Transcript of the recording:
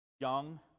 young